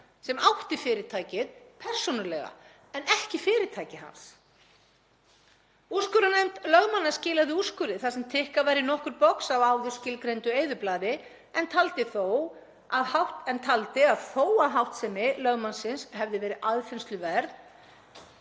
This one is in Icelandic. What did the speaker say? sem átti fyrirtækið persónulega en ekki fyrirtæki hans. Úrskurðarnefnd lögmanna skilaði úrskurði þar sem tikkað var í nokkur box á áður skilgreindu eyðublaði en taldi þó að háttsemi lögmannsins hefði verið aðfinnsluverð.